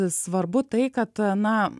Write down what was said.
svarbu tai kad na